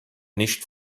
nicht